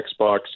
Xbox